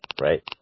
Right